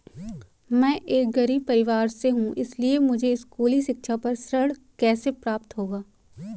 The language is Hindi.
मैं एक गरीब परिवार से हूं इसलिए मुझे स्कूली शिक्षा पर ऋण कैसे प्राप्त होगा?